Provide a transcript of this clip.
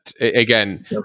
again